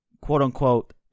quote-unquote